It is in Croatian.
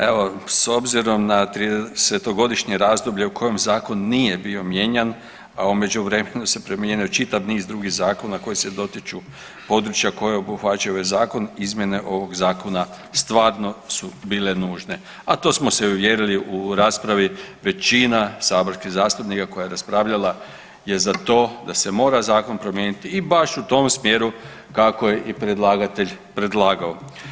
Evo s obzirom na 30-to godišnje razdoblje u kojem zakon nije bio mijenjan, a u međuvremenu se promijenio čitav niz drugih zakona koji se dotiču područja koje obuhvaćaju ovaj zakon izmjene ovog zakona stvarno su bile nužne, a to smo se uvjerili u raspravi većina saborskih zastupnika koja je raspravljala je za to da se mora zakon promijeniti i baš u tom smjeru kako je i predlagatelj predlagao.